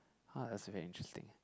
hard as a very interesting